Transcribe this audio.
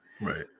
Right